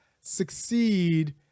succeed